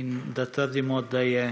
in da trdimo, da je